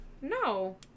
No